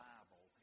Bible